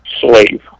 slave